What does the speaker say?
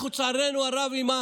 אנחנו, לצערנו הרב, אני